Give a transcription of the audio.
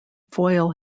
foil